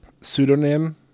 Pseudonym